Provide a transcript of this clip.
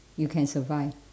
you can survive